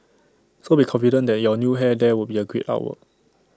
so be confident that your new hair there would be A great artwork